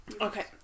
Okay